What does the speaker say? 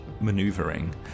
maneuvering